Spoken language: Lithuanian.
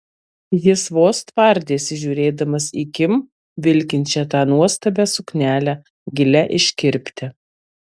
jis vos tvardėsi žiūrėdamas į kim vilkinčią tą nuostabią suknelę gilia iškirpte